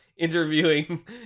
interviewing